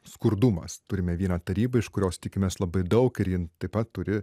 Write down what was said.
skurdumas turime vieną tarybą iš kurios tikimės labai daug ir ji taip pat turi